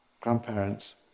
Grandparents